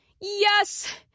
Yes